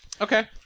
Okay